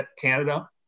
Canada